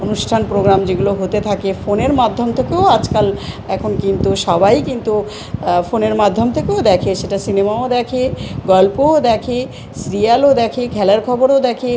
অনুষ্ঠান প্রোগ্রাম যেগুলো হতে থাকে ফোনের মাধ্যম থেকেও আজকাল এখন কিন্তু সবাই কিন্তু ফোনের মাধ্যম থেকেও দেখে সেটা সিনেমাও দেখে গল্পও দেখে সিরিয়ালও দেখে খেলার খবরও দেখে